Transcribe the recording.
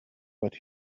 but